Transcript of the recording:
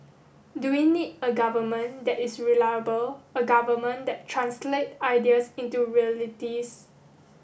do we need a government that is reliable a government that translate ideas into realities